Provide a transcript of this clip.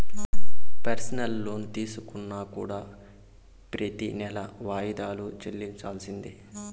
personal loan తీసుకున్నా కూడా ప్రెతి నెలా వాయిదాలు చెల్లించాల్సిందే